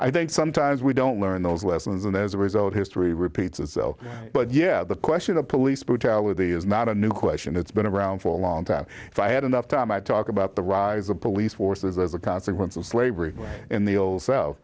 i think sometimes we don't learn those lessons and as a result history repeats itself but yeah the question of police brutality is not a new question it's been around for a long time if i had enough time i talk about the rise of police forces as a consequence of slavery in the